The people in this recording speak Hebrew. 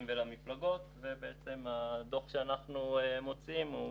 ולמפלגות והדוח שאנחנו מוציאים הוא